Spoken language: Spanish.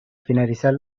finalizar